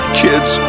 kids